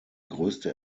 größte